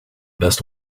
best